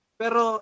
pero